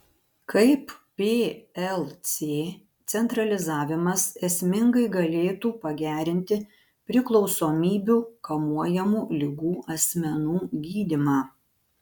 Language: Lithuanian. kaip plc centralizavimas esmingai galėtų pagerinti priklausomybių kamuojamų ligų asmenų gydymą